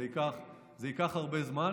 זה ייקח הרבה זמן.